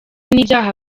n’ibyaha